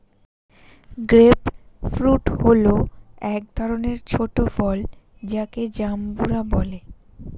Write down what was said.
grape fruit হল এক ধরনের ছোট ফল যাকে জাম্বুরা বলে